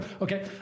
Okay